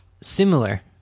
similar